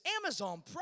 Amazon